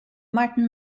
martin